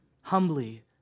humbly